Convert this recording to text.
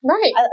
Right